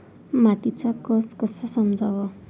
मातीचा कस कसा समजाव?